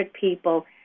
people